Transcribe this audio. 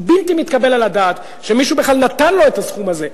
בלתי מתקבל על הדעת שמישהו בכלל נתן לו את הסכום הזה.